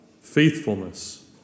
faithfulness